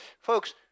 folks